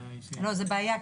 הבעיה היא --- זאת בעיה,